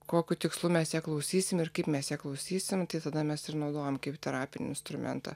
kokiu tikslu mes ją klausysim ir kaip mes ją klausysim tai tada mes ir naudojam kaip terapinį instrumentą